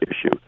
issue